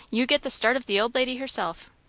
you get the start of the old lady herself.